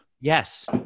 Yes